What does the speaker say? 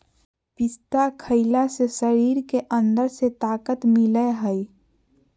पिस्ता खईला से शरीर के अंदर से ताक़त मिलय हई